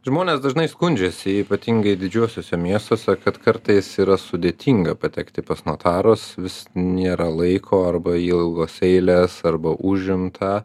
žmonės dažnai skundžiasi ypatingai didžiuosiuose miestuose kad kartais yra sudėtinga patekti pas notarus vis nėra laiko arba ilgos eilės arba užimta